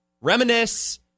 Reminisce